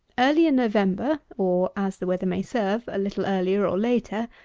early in november, or, as the weather may serve, a little earlier or later,